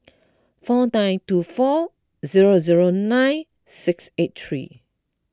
four nine two four zero zero nine six eight three